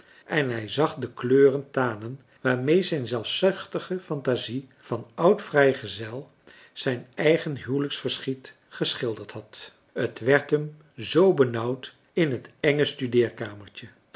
en hij zag de kleuren tanen waarmee zijn zelfzuchtige fantasie van oud vrijgezel zijn eigen huwelijksverschiet geschilderd had het werd hem zoo benauwd in het enge